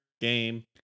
Game